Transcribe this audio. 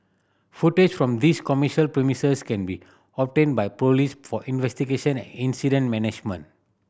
footage from these commercial premises can be obtained by police for investigation and incident management